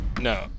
No